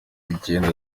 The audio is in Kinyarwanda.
icyenda